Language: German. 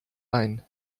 ein